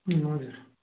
ए हजुर